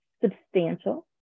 substantial